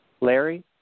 Larry